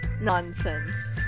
nonsense